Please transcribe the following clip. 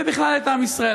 ובכלל את עם ישראל.